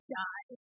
die